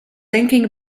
thinking